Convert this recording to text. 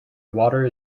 water